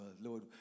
Lord